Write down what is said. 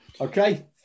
Okay